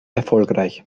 erfolgreich